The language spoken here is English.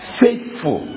faithful